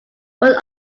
but